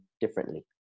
differently